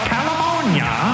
California